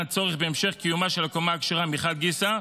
הצורך בהמשך קיומה של הקומה הכשרה מחד גיסא,